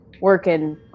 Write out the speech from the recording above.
working